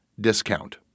discount